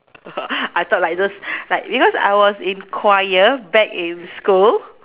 I thought like those like because I was in choir back in school